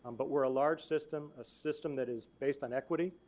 but where a large system, a system that is based on equity,